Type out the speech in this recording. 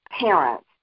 parents